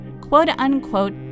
quote-unquote